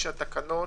התקנות